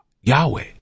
Yahweh